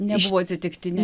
nebuvo atsitiktinė